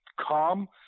calm